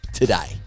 today